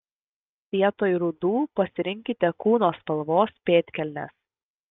vietoj rudų pasirinkite kūno spalvos pėdkelnes